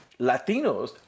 Latinos